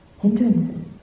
hindrances